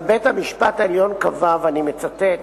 גם בית-המשפט העליון קבע, ואני מצטט,